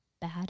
bad